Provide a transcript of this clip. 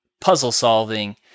puzzle-solving